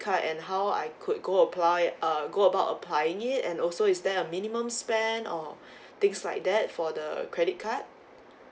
card and how I could go apply err go about applying it and also is there a minimum spend or things like that for the credit card